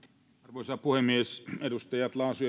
arvoisa puhemies edustajat laakso